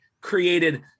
created